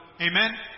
Amen